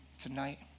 Tonight